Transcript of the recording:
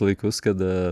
laikus kada